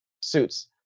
suits